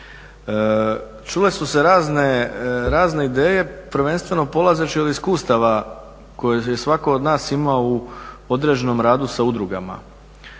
Čule su se razne ideje, prvenstveno polazeći od iskustava koje je svatko od nas imao u određenom radu sa udrugama.